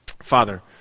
Father